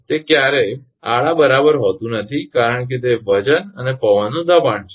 તે ક્યારેય આડા બરાબર હોતું નથી કારણ કે તે વજન અને પવનનું દબાણwinds pressure છે